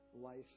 life